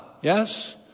Yes